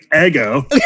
ego